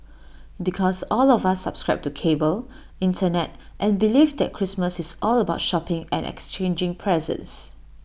because all of us subscribe to cable Internet and belief that Christmas is all about shopping and exchanging presents